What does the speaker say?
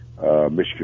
Michigan